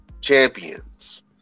champions